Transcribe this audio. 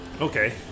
Okay